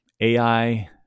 ai